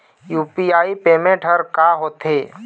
UPI payment हर का होते?